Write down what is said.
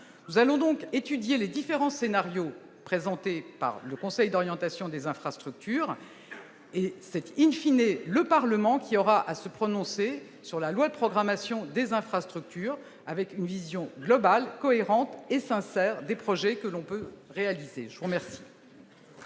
nous allons donc étudier les différents scénarios présentés par le conseil d'orientation des infrastructures et, in fine, et le Parlement, qui aura à se prononcer sur la loi de programmation des infrastructures avec une vision globale, cohérente et sincère des projets que l'on peut réaliser journées.